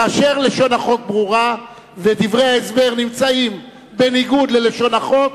כאשר לשון החוק ברורה ודברי ההסבר נמצאים בניגוד ללשון החוק,